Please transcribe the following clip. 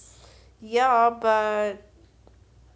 ya but